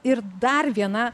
ir dar viena